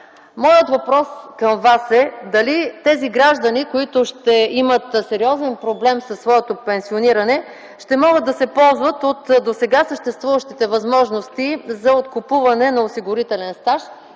Моят въпрос към Вас е: дали тези граждани, които ще имат сериозен проблем със своето пенсиониране ще могат да се ползват от досега съществуващите възможности за откупуване на осигурителен стаж